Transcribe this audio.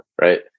right